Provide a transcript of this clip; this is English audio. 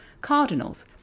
cardinals